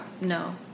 No